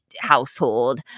household